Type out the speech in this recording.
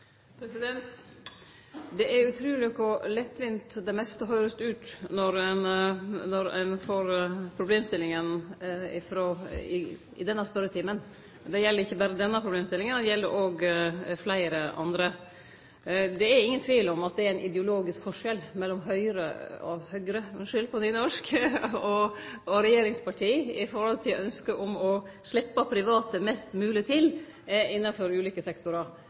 Det er utruleg kor lettvint det meste høyrest ut når ein får problemstillingane i denne spørjetimen. Det gjeld ikkje berre denne problemstillinga, det gjeld òg andre. Det er ingen tvil om at det er ein ideologisk forskjell mellom Høgre og regjeringspartia med omsyn til ynsket om å sleppe private mest mogleg til innanfor ulike sektorar.